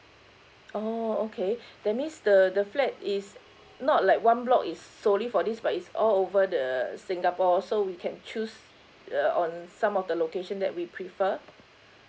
oh okay that means the the flat is not like one block is solely for this but it's all over the singapore so we can choose uh on some of the location that we prefer